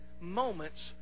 moments